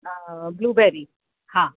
blueberry हा